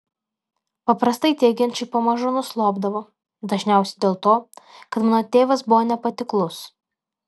paprastai tie ginčai pamažu nuslopdavo dažniausiai dėl to kad mano tėvas buvo nepatiklus